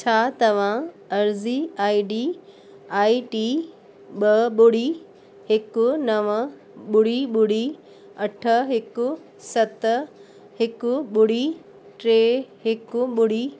छा तव्हां अर्ज़ी आई डी आई टी ॿ ॿुड़ी हिकु नवं ॿुड़ी ॿुड़ी अठ हिकु सत हिकु ॿुड़ी टे हिकु ॿुड़ी